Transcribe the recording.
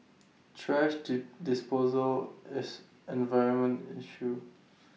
thrash dis disposal is an environmental issue